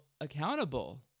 accountable